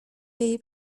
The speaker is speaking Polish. jej